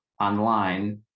online